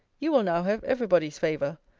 you will now have every body's favour.